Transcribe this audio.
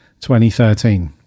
2013